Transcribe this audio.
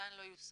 שעדיין לא יושם.